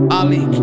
ali